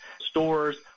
Stores